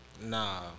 Nah